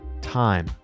time